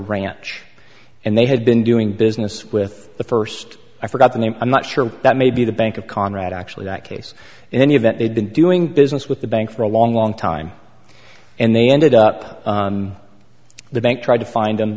ranch and they had been doing business with the first i forgot the name i'm not sure that maybe the bank of conrad actually that case and any of that they'd been doing business with the bank for a long long time and they ended up the bank trying to find